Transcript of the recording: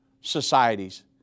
societies